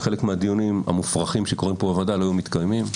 חלק מהדיונים המופרכים שקורים כאן בוועדה לא היו מתקיימים.